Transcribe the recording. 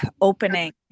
opening